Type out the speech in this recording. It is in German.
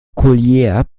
collier